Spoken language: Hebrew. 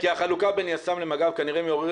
כי החלוקה בין יס"מ למג"ב כנראה מעוררת